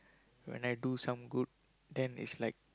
when I do some good then it's like